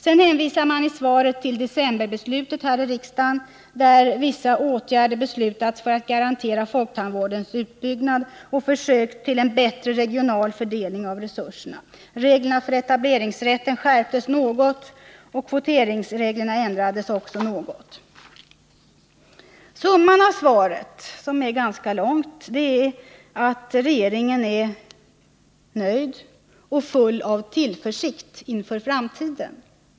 Sedan hänvisas det i svaret till decemberbeslutet här i riksdagen om vissa åtgärder för att garantera folktandvårdens utbyggnad och försök till en bättre regional fördelning av resurserna. Reglerna för etableringsrätten skärptes därvid i viss mån, och kvoteringsreglerna ändrades också något. Summan av svaret, som är ganska långt, är att regeringen är nöjd och full av tillförsikt inför framtiden.